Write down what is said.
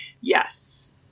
yes